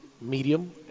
medium